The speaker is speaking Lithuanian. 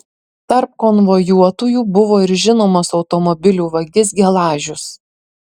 tarp konvojuotųjų buvo ir žinomas automobilių vagis gelažius